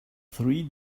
three